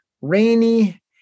rainy